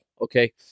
Okay